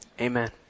amen